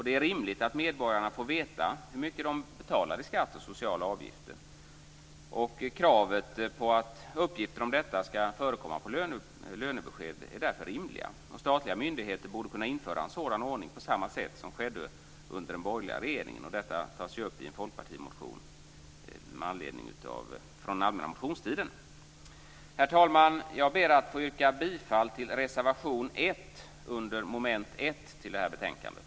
Det är rimligt att medborgarna får veta hur mycket de betalar i skatt och sociala avgifter. Kravet på att uppgifter om detta skall förekomma på lönebesked är därför rimliga. Statliga myndigheter borde kunna införa en sådan ordning, på samma sätt som skedde under den borgerliga regeringen. Detta tas upp i en folkpartimotion från den allmänna motionstiden. Herr talman! Jag ber att få yrka bifall till reservation 1 under mom. 1 till betänkandet.